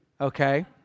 okay